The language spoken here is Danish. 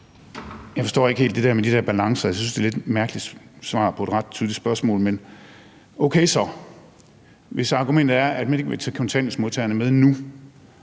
Jeg forstår ikke helt det der med de balancer. Jeg synes, det er et lidt mærkeligt svar på et ret tydeligt spørgsmål. Men okay, hvis argumentet er, at man ikke vil tage kontanthjælpsmodtagerne med nu,